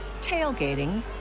tailgating